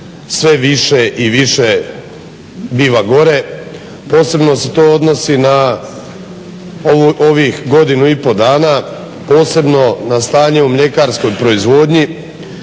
sve više i više biva gore. Posebno se to odnosi na ovih godinu i pol dana, posebno na stanje u mljekarskoj proizvodnji